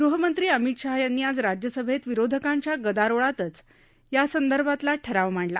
गृहमंत्री अमित शहा यांनी आज राज्यसभेत विरोधकांच्या गदारोळातच या संदर्भातला ठराव मांडला